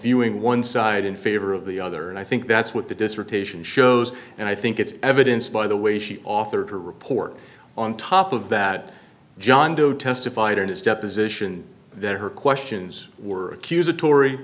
viewing one side in favor of the other and i think that's what the dissertation shows and i think it's evidence by the way she's author of her report on top of that john doe testified in his deposition that her questions were accusatory